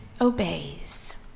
obeys